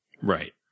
Right